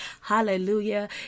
Hallelujah